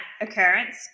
occurrence